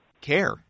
care